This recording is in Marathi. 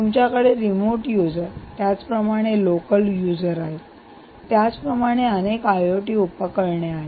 तुमच्या कडे रिमोट यूजर त्याचप्रमाणे लोकल यूजर आहेत त्याचप्रमाणे अनेक आयओटी उपकरणे आहेत